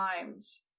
times